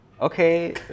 okay